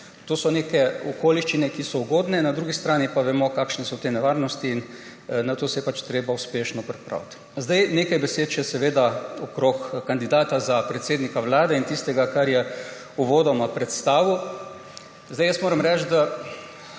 To so neke okoliščine, ki so ugodne, na drugi strani pa vemo, kakšne so te nevarnosti, in na to se je pač treba uspešno pripraviti. Nekaj besed še seveda okrog kandidata za predsednika Vlade in tistega, kar je uvodoma predstavil. Moram reči,